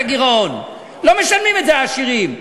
2013. ביקשתי את הנתונים המספריים,